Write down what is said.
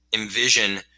envision